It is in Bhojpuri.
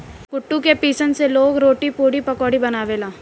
कुटू के पिसान से लोग रोटी, पुड़ी, पकउड़ी बनावेला